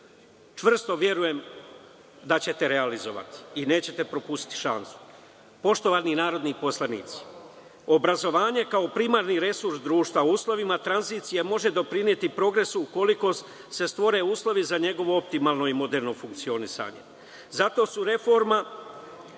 čvrsto verujem da ćete realizovati, i nećete propustiti šansu. Poštovani narodni poslanici, obrazovanje kao primarni resurs društva u uslovima tranzicije može doprineti progresu ukoliko se stvore uslovi za njegovo optimalno i moderno funkcionisanje. Zato su reforme